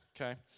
okay